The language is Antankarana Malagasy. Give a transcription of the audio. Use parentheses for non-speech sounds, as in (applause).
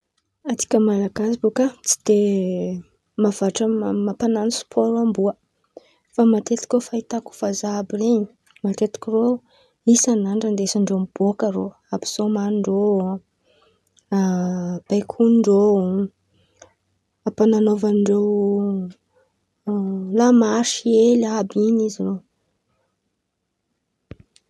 Antsika Malagasy baka tsy de (hesitation) mavatra mampan̈ano spaoro amboa. Fa matetiky ko fahitako vazaha àby ren̈y, matetiky irô isan'andra ndesindreo miboaka irô, ampisômandreo ampisômandreo, (hesitation) baikondrô, (hesitation) la marsy hely àby in̈y izy.